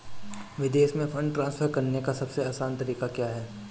विदेश में fund transfer करने का सबसे आसान तरीका क्या है?